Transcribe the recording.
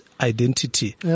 identity